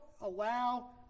allow